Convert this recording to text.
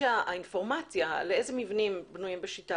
האינפורמציה על איזה מבנים בנויים בשיטה